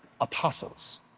apostles